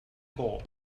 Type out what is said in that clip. goal